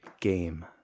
game